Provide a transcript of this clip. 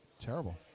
Terrible